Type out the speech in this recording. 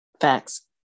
facts